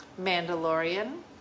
Mandalorian